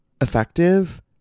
effective